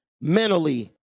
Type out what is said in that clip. mentally